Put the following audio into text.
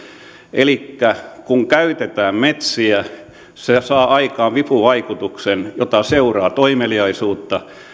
elikkä kun käytetään metsiä se saa aikaan vipuvaikutuksen jota seuraa toimeliaisuutta